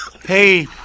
Hey